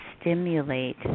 stimulate